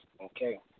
Okay